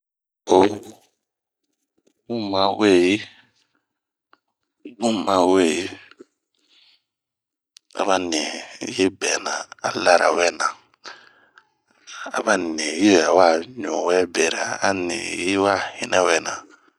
Ooh bun ma weyi, aba ni yi bɛna a lara wɛna, aba ni yi ɛɛ wa ɲuu wɛbera, aniyi wa hinɛ wɛna.